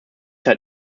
hat